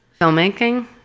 Filmmaking